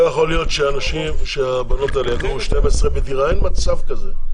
להיות שהבנות האלה יגורו 12 בדירה, אין מצב כזה.